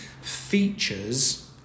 features